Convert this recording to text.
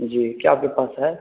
جی کیا آپ کے پاس ہے